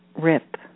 rip